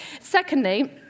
Secondly